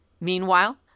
Meanwhile